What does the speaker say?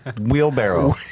Wheelbarrow